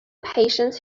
patience